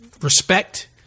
Respect